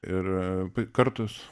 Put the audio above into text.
ir kartos